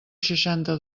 seixanta